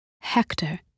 Hector